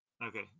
Okay